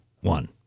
one